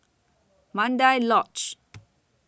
Mandai Lodge